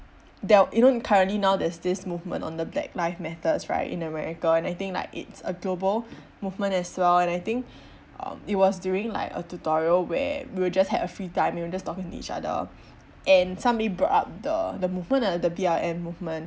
there are you know currently now there's this movement on the black life matters right in america and I think like it's a global movement as well and I think um it was during like a tutorial where we were just had a free time we were just talking to each other and somebody brought up the the movement uh the BLM movement